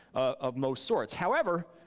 of most sorts, however,